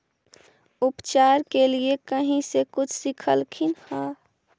उपचार के लीये कहीं से कुछ सिखलखिन हा?